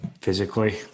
physically